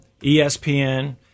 ESPN